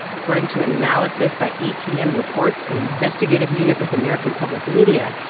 according to an analysis by apm reports, an investigative unit with american public media,